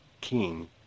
king